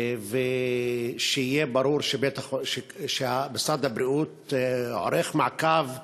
ושיהיה ברור שמשרד הבריאות עורך מעקב,